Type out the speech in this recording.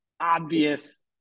obvious